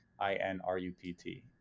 I-N-R-U-P-T